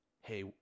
Hey